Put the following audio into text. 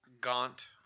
gaunt